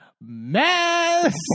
mess